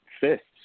fists